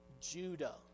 Judah